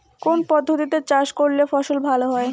কোন পদ্ধতিতে চাষ করলে ফসল ভালো হয়?